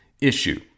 issue